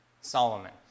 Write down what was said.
Solomon